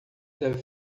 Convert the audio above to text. deve